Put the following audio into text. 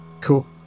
cool